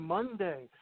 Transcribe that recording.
Monday